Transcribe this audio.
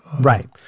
Right